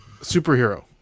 superhero